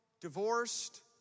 divorced